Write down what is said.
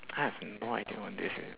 I have no idea what they said